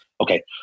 Okay